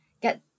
get